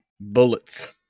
Bullets